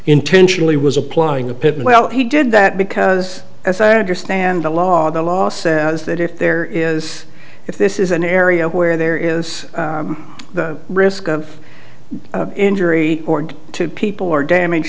intentionally was applying the pip well he did that because as i understand the law the law says that if there is if this is an area where there is the risk of injury or to people or damage